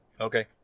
Okay